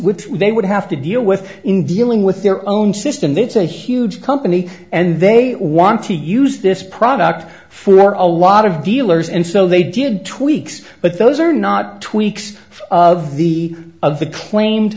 what they would have to deal with in dealing with their own system that's a huge company and they want to use this product for a lot of dealers and so they did tweaks but those are not tweaks of the of the claimed